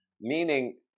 meaning